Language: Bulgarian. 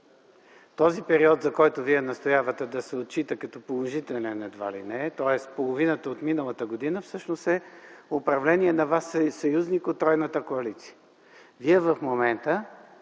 Този период, за който Вие настоявате да се отчита като положителен, едва ли не, тоест половината от миналата година, всъщност е управление на вашият съюзник от тройната коалиция. Вие в момента